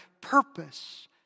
purpose